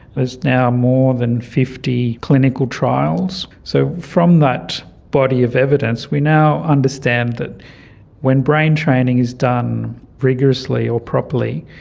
there's now more than fifty clinical trials, so from that body of evidence we now understand that when brain training is done rigorously or properly,